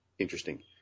interesting